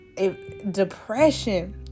depression